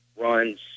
runs